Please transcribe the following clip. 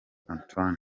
antoine